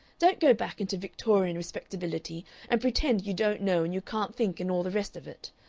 don't go back into victorian respectability and pretend you don't know and you can't think and all the rest of it.